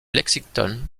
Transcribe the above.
lexington